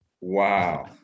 Wow